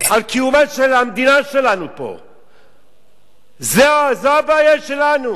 על קיומה של המדינה שלנו פה, זו הבעיה שלנו.